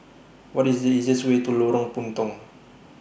What IS The easiest Way to Lorong Puntong